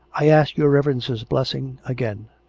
i ask your reverence's blessing again.